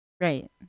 Right